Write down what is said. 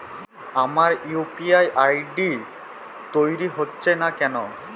আমার UPI ID তৈরি হচ্ছে না কেনো?